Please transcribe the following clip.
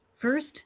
first